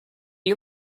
you